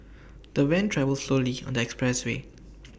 the van travelled slowly on the expressway